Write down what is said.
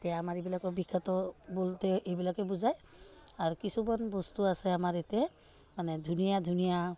এতিয়া আমাৰ এইবিলাকৰ বিখ্যাত বোলোতে এইবিলাকে বুজায় আৰু কিছুমান বস্তু আছে আমাৰ ইয়াতে মানে ধুনীয়া ধুনীয়া